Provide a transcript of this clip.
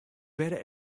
better